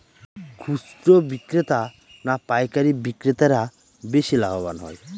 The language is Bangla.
খুচরো বিক্রেতা না পাইকারী বিক্রেতারা বেশি লাভবান হয়?